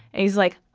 and he's like,